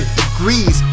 degrees